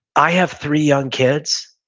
i have three young kids,